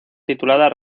titulada